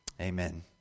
Amen